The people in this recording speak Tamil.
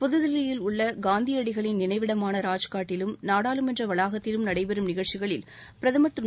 புதுதில்லியில் உள்ள காந்தியடிகளின் நினைவிடமான ராஜ்காட்டிலும் நாடாளுமன்ற வளாகத்திலும் நடைபெறும் நிகழ்ச்சிகளில் பிரதமர் திரு